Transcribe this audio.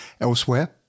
elsewhere